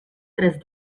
tres